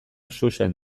xuxen